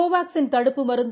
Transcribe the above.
கோவாக்சின் தடுப்புப் மருந்து